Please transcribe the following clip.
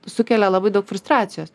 sukelia labai daug frustracijos